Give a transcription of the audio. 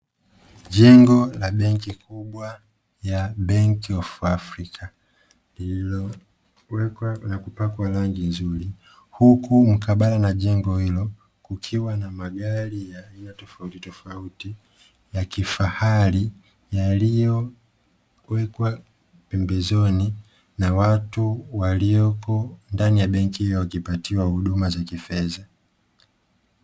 Jengo la benki kubwa ya 'BANK OF AFRICA' lililopakwa rangi nzuri, huku mkabala na jengo hilo kukiwa na magari ya aina tofauti tofauti ya kifahari yaliyowekwa pembezoni na watu walio ndani ya benki hiyo wakipewa huduma za kifedha.